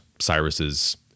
Cyrus's